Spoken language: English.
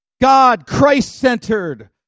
God-Christ-centered